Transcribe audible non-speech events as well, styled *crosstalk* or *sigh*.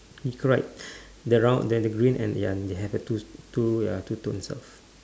it's correct *breath* the round and then the green and ya they have a two two ya two tones of